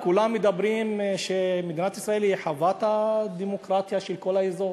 כולם אומרים שמדינת ישראל היא חוות הדמוקרטיה של כל האזור,